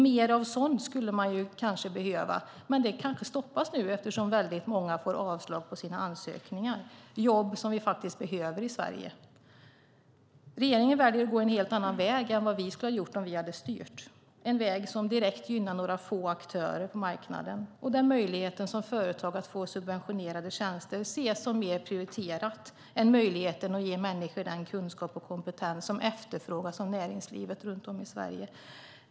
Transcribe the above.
Man skulle kanske behöva mer av sådant, men det stoppas kanske nu eftersom väldigt många får avslag på sina ansökningar. Det är jobb som vi faktiskt behöver i Sverige. Regeringen väljer att gå en helt annan väg än vad vi skulle ha gjort om vi hade styrt. Det är en väg som direkt gynnar några få aktörer på marknaden. Möjligheten för företag att få subventionerade tjänster ses som mer prioriterat än möjligheten att ge människor den kunskap och kompetens som efterfrågas av näringslivet runt om i Sverige.